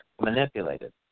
manipulated